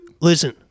Listen